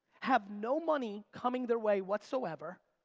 have no money coming their way whatsoever,